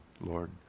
Lord